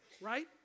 right